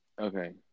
Okay